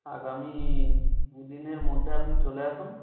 আগামী দুদিনের মধ্যে আপনি চলে আসুন